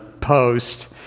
post